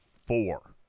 four